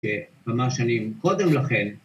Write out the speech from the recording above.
‫כמה שנים קודם לכן.